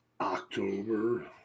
october